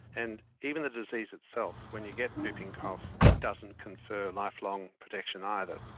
and even the disease itself, when you get whooping cough it doesn't confer lifelong protection either.